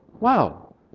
wow